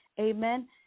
Amen